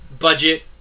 budget